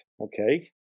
okay